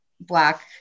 Black